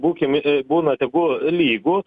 būkim būna tegu lygūs